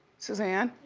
suzanne?